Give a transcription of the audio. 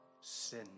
Sin